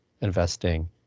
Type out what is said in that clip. investing